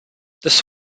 this